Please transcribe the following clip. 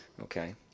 Okay